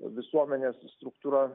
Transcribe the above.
visuomenės struktūra